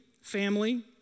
family